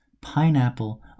pineapple